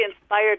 inspired